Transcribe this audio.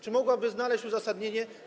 Czy mogłoby to znaleźć uzasadnienie?